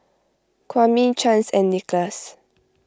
Kwame Chance and Nicholas